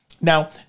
Now